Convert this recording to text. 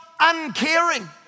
uncaring